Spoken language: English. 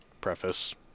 preface